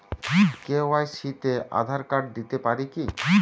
KYC তে Aadhaar card দিতে পারি কি?